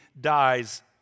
dies